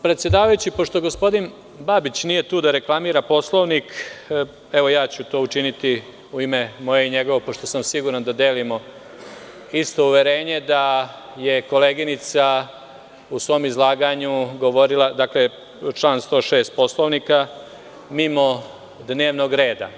Predsedavajući, pošto gospodin Babić nije tu da reklamira Poslovnik, evo ja ću to učiniti u ime moje i njegovo, pošto sam siguran da delimo isto uverenje, da je koleginica u svom izlaganju govorila mimo dnevnog reda.